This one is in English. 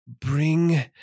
bring